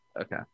Okay